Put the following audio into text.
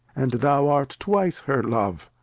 and thou art twice her love.